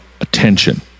attention